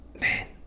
man